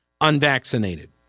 unvaccinated